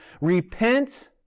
repent